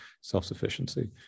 self-sufficiency